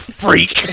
freak